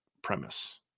premise